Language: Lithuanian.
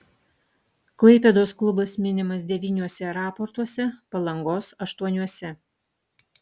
klaipėdos klubas minimas devyniuose raportuose palangos aštuoniuose